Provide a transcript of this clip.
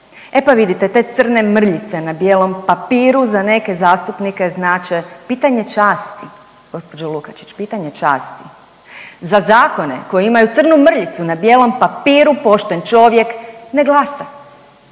E pa vidite, te crne mrljice na bijelom papiru za neke zastupnike znače pitanje časti, gđo Lukačić, pitanje časti. Za zakone koji imaju crnu mrljicu na bijelom papiru pošten čovjek ne glasa.